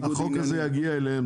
החוק הזה יגיע אליהם,